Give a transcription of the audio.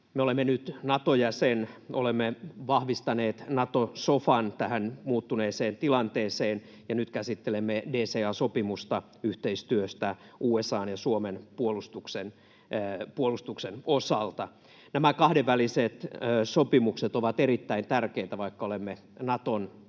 Me olemme nyt Nato-jäsen, olemme vahvistaneet Nato-sofan tähän muuttuneeseen tilanteeseen ja nyt käsittelemme DCA-sopimusta yhteistyöstä USA:n ja Suomen puolustuksen osalta. Nämä kahdenväliset sopimukset ovat erittäin tärkeitä, vaikka olemme Naton